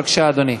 בבקשה, אדוני.